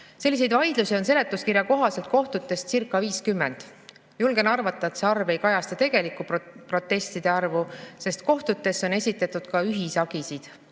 Selliseid vaidlusi on seletuskirja kohaselt kohtutescirca50. Julgen arvata, et see arv ei kajasta tegelikku protestide arvu, sest kohtutesse on esitatud ka ühishagisid,